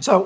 so